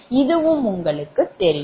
இதுவும் உங்களுக்குத் தெரியும்